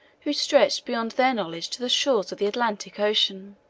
who stretched beyond their knowledge to the shores of the atlantic ocean.